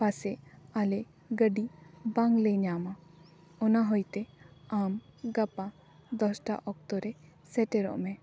ᱯᱟᱥᱮᱜ ᱟᱞᱮ ᱜᱟᱹᱰᱤ ᱵᱟᱝᱞᱮ ᱧᱟᱢᱟ ᱚᱱᱟ ᱦᱳᱭ ᱛᱮ ᱟᱢ ᱜᱟᱯᱟ ᱫᱚᱥᱴᱟ ᱚᱠᱛᱚ ᱨᱮ ᱥᱮᱴᱮᱨᱚᱜᱼᱢᱮ